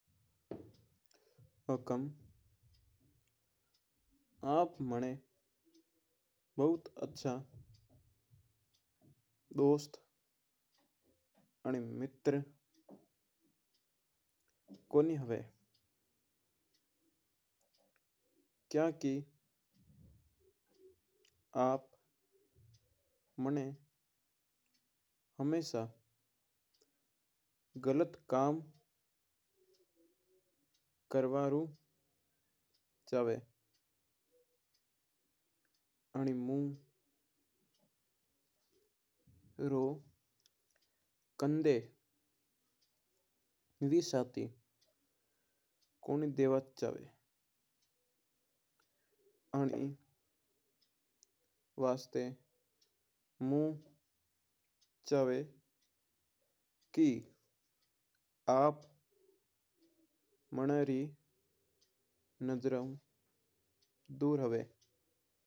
हुकम आप मना बहुत अच्छा दोस्त आणी मित्र कोनी हुआ। क्यूंकि आप मना हमेशा गलत काम करवा वो चावी। आणी मुँ रा कँदा साथ नी देवा चावा इन वास्ता मुँ चावा की आप मनारी नजरूँ दूर हुआ।